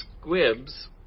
squibs